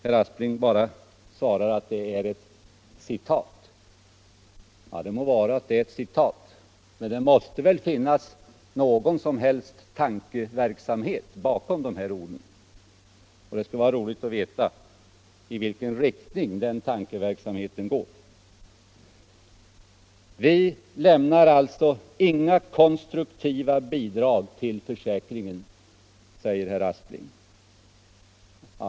Herr Aspling säger bara att det är ett citat. Det må vara att det är ett citat. Men det måste väl ligga någon tankeverksamhet bakom orden? Det skulle vara roligt att veta i vilken riktning de tankarna gått. Moderaterna lämnar inga konstruktiva bidrag till försäkringen, säger herr Aspling.